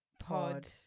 pod